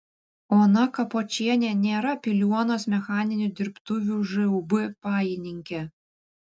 ona kapočienė nėra piliuonos mechaninių dirbtuvių žūb pajininkė